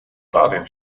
bawię